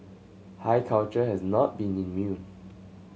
high culture has not been immune